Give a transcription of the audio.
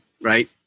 right